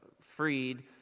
freed